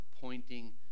pointing